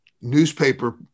newspaper